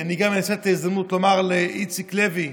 אני גם אנצל את ההזדמנות לומר לאיציק לוי,